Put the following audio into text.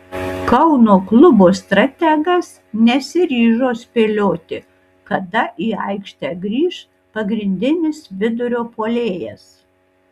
kauno klubo strategas nesiryžo spėlioti kada į aikštę grįš pagrindinis vidurio puolėjas